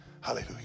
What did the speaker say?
hallelujah